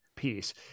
Piece